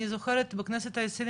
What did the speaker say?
אני זוכרת בכנסת ה-20,